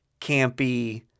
campy